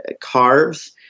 carves